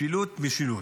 משילות, משילות.